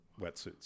wetsuits